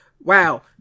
wow